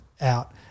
out